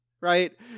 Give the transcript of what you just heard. Right